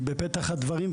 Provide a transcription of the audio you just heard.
בפתח הדברים,